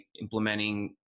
implementing